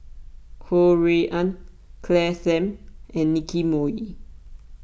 Ho Rui An Claire Tham and Nicky Moey